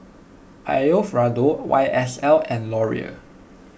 Alfio Raldo Y S L and Laurier